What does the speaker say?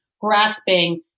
grasping